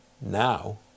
Now